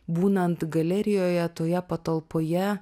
būnant galerijoje toje patalpoje